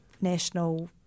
national